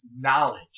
knowledge